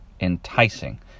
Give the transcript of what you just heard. enticing